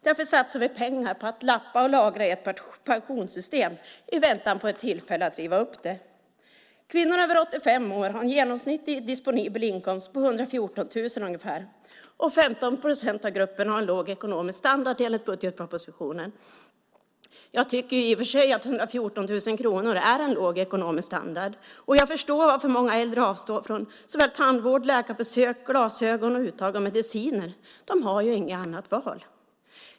Därför satsar vi pengar på att lappa och laga i ert pensionssystem i väntan på ett tillfälle att riva upp det. Kvinnor över 85 år har en genomsnittlig disponibel inkomst på ungefär 114 000. 15 procent av gruppen har en låg ekonomisk standard enligt budgetpropositionen. Jag tycker i och för sig att 114 000 kronor är en låg ekonomisk standard, och jag förstår varför många äldre avstår från såväl tandvård, läkarbesök, glasögon och uttag av mediciner. De har inget annat val.